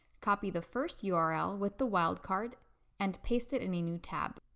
copy the first yeah url with the wildcard and paste it in a new tab.